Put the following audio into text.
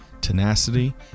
tenacity